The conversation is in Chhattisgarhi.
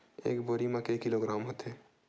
एक बोरी म के किलोग्राम होथे?